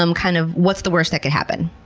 um kind of, what's the worst that could happen?